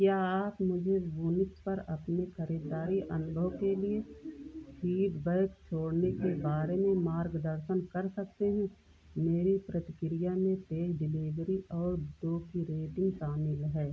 क्या आप मुझे वूनिक पर अपने खरीदारी अनुभव के लिए फ़ीडबैक छोड़ने के बारे में मार्गदर्शन कर सकते हैं मेरी प्रतिक्रिया में तेज डिलिवरी और दो की रेटिन्ग शामिल है